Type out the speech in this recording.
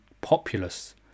populace